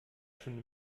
schon